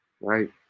right